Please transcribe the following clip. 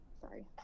sorry